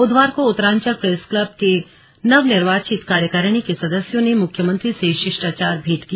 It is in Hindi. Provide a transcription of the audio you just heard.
बुधवार को उत्तरांचल प्रेस क्लब के नव निर्वाचित कार्यकारणी के सदस्यों ने मुख्यमंत्री से शिष्टाचार भेंट की